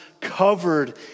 covered